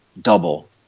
double –